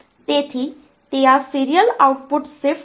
તેથી તે આ સીરીયલ આઉટપુટ શિફ્ટ આઉટપુટ હશે